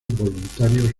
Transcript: voluntarios